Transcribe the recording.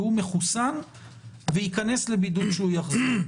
והוא מחוסן וייכנס לבידוד כאשר הוא יחזור,